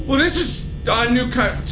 but this is ah new cut